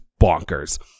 bonkers